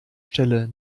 stelle